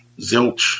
zilch